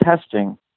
testing